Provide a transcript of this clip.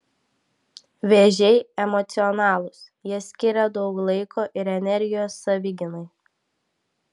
vėžiai emocionalūs jie skiria daug laiko ir energijos savigynai